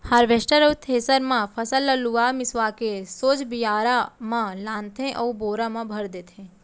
harvester अउ thresher म फसल ल लुवा मिसवा के सोझ बियारा म लानथे अउ बोरा म भर देथे